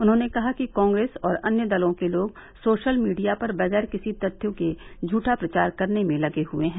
उन्होंने कहा कि कांग्रेस और अन्य दलों के लोग सोशल मीडिया पर बगैर किसी तथ्यों के झूठा प्रचार करने में लगे हुए हैं